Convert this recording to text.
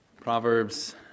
Proverbs